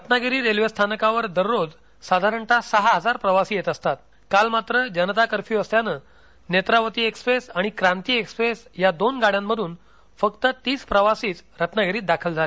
Ratnagiri railway स्थानकावर दररोज साधारणत सहा हजार प्रवासी येत असतात काल मात्र जनता कर्फ्यू असल्यानं नेत्रावती एक्स्प्रेस आणि क्रांती एक्स्प्रेस या दोन गाड्यांमधून फक्त तीस प्रवासीच रत्नागिरीत दाखल झाले